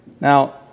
Now